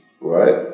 Right